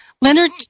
Leonard